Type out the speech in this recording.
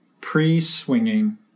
pre-swinging